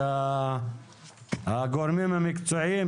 הגורמים המקצועיים,